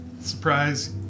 Surprise